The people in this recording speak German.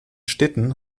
städten